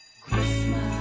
christmas